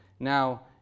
Now